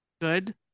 good